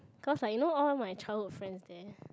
cause like you know all my childhood friends there